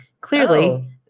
Clearly